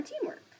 teamwork